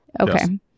Okay